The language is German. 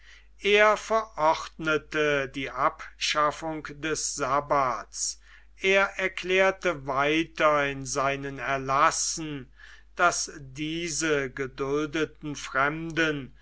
er verordnete die abschaffung des sabbaths er erklärte weiter in seinen erlassen daß diese geduldeten fremden